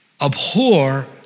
Abhor